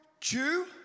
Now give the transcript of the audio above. Jew